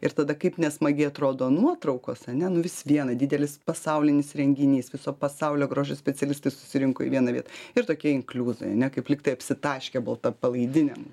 ir tada kaip nesmagiai atrodo nuotraukos ane nu vis viena didelis pasaulinis renginys viso pasaulio grožio specialistai susirinko į vieną vietą ir tokie inkliuzai ane kaip lygtai apsitaškę balta palaidinėm